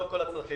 לא כל הצרכים.